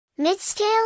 Mid-scale